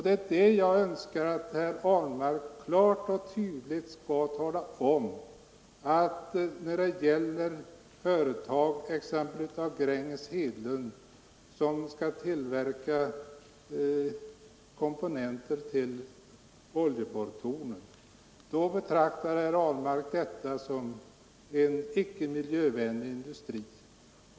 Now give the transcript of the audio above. Det är detta jag önskar att herr Ahlmark klart och tydligt skall tala om, nämligen att han betraktar företag av typen Gränges Hedlund, som skall tillverka komponenter till oljeborrtorn, som en icke miljövänlig industri.